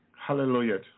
Hallelujah